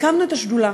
הקמנו את השדולה.